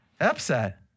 upset